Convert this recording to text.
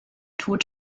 tod